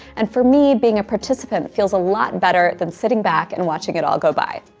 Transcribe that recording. and for me, being a participant feels a lot better than sitting back and watching it all go by.